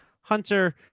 Hunter